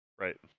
Right